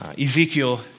Ezekiel